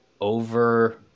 over